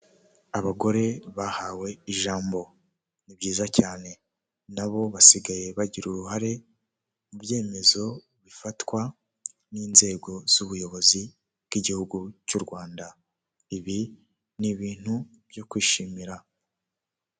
Abagore bahawe ijambo ni byiza cyane, na bo basigaye bagira uruhare mu byemezo bifatwa n'inzego z'ubuyobozi bw'igihugu cy'u Rwanda ibi ni ibintu byo kwishimira.